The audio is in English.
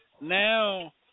Now